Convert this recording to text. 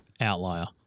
outlier